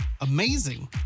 amazing